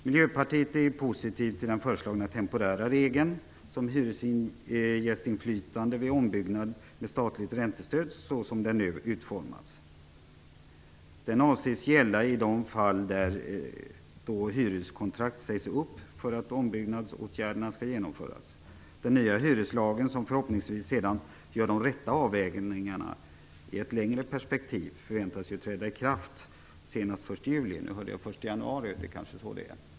Miljöpartiet är positivt till den föreslagna temporära regeln om hyresgästinflytande vid ombyggnad med statligt räntestöd såsom den nu utformats. Den avses gälla i de fall där hyreskontrakt sägs upp för att ombyggnadsåtgärderna skall genomföras. Den nya hyreslagen, som förhoppningsvis sedan gör de rätta avvägningarna i ett längre perspektiv, förväntas träda i kraft senast den 1 januari.